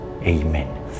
Amen